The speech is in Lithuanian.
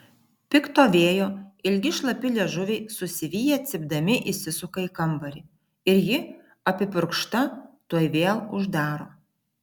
pikto vėjo ilgi šlapi liežuviai susiviję cypdami įsisuka į kambarį ir ji apipurkšta tuoj vėl uždaro